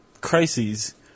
crises